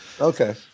Okay